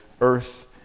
earth